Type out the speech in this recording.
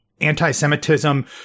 anti-Semitism